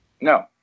No